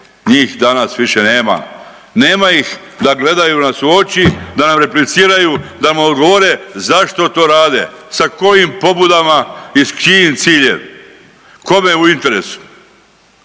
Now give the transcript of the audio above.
njih danas više nema. Nema ih da gledaju nas u oči da nam repliciraju, da nam odgovore zašto to rade, sa kojim pobudama i s kojim ciljem, kome u interesu.